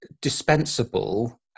dispensable